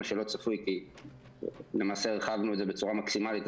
מה שלא צפוי כי למעשה הרחבנו את זה בצורה מקסימלית,